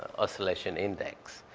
oscillation index.